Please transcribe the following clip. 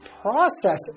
process